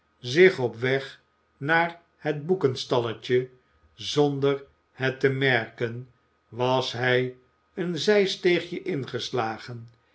zich op weg naar het boekenstalletje zonder het te merken was hij een zijsteegje ingeslagen